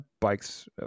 bikes